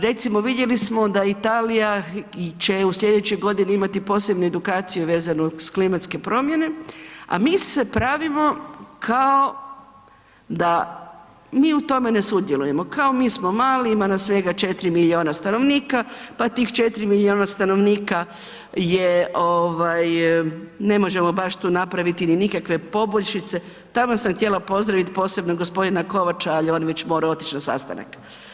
Recimo, vidjeli smo da Italija će u sljedećoj godini imati posebnu edukaciju vezano uz klimatske promjene, a mi se pravimo kao da mi u tome ne sudjelujemo, kao mi smo mali, ima nas svega 4 milijuna stanovnika, pa tih 4 milijuna stanovnika je, ne možemo baš tu napraviti ni nikakve poboljšice, taman sam htjela pozdraviti posebno g. Kovača, ali je on već moramo otići na sastanak.